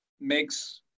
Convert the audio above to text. makes